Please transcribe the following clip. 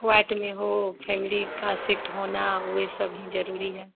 white में हो family का सीट होना वह सब भी ज़रूरी है